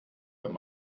wenn